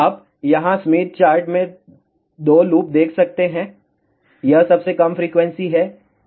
आप यहां Smith chart में 2 लूप देख सकते हैं यह सबसे कम फ्रीक्वेंसी है